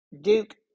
Duke